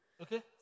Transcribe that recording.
Okay